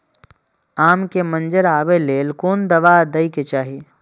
आम के मंजर आबे के लेल कोन दवा दे के चाही?